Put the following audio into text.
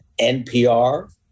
NPR